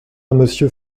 monsieur